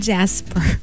Jasper